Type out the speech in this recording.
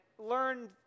learned